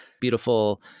beautiful